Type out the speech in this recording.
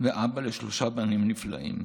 ואבא לשלושה בנים נפלאים.